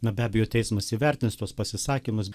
na be abejo teismas įvertins tuos pasisakymus